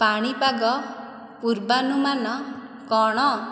ପାଣିପାଗ ପୂର୍ବାନୁମାନ କ'ଣ